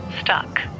stuck